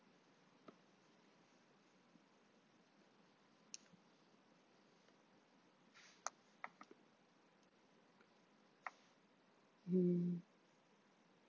mm